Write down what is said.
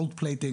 go plaiting,